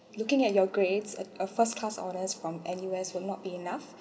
looking at your grades a first class honors from N_U_S will not be enough